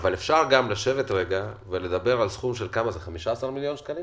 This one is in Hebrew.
אבל אפשר לשבת רגע ולדבר על סכום של 12 מיליון שקלים